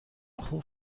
خوب